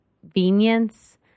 convenience